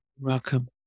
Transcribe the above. welcome